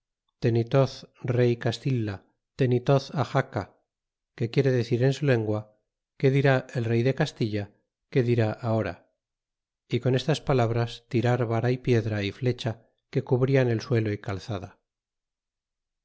tenitoz rey castilla tenitoz axaca que quiere decir en su lengua y qué dir el rey de castilla y que dirá ahora y con estas palabras tirar vara y piedra y flecha que cubrian el suelo y calzada